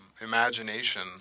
imagination